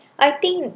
I think